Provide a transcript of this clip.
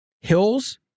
Hills